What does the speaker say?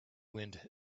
wind